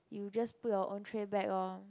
you just put your own tray back orh